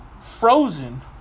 frozen